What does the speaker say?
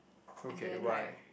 okay why